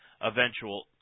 eventual